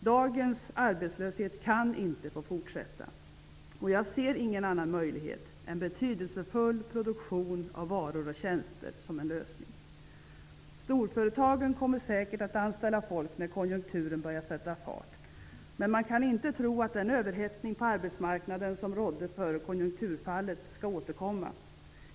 Dagens arbetslöshet kan inte få fortsätta, och jag ser ingen annan lösning än betydelsfull produktion av varor och tjänster. Storföretagen kommer säkert att anställa folk när konjunkturen börjar sätta fart. Men man kan inte tro att den överhettning på arbetsmarknaden som rådde före konjunkturfallet skall återkomma.